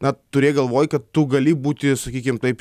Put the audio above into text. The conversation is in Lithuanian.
na turėk galvoj kad tu gali būti sakykim taip